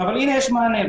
אבל הנה יש מענה.